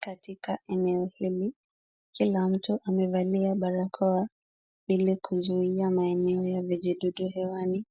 Katika eneo hili, kila mtu amevalia barakoa ili kuzuia maeneo ya vijidudu hewani.